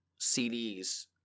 CDs